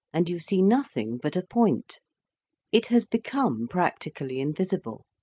and you see nothing but a point it has become practically invisible.